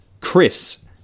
Chris